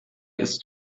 ist